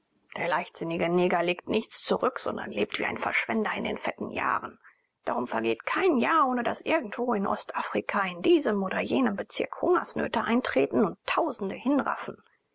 der leichtsinnige neger legt nichts zurück sondern lebt wie ein verschwender in den fetten jahren darum vergeht kein jahr ohne daß irgendwo in ostafrika in diesem oder jenem bezirk hungersnöte eintreten und tausende hinraffen